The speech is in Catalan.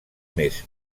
mes